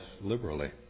liberally